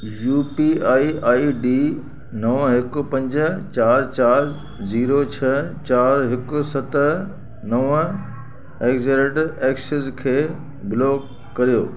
U P I I D नव हिकु पंज चारि चारि ज़ीरो छ चारि हिकु सत नव एज द रेट एक्सिस खे ब्लॉक करियो